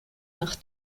nach